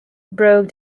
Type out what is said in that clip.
broke